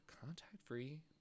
contact-free